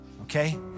okay